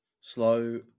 slow